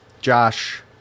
Josh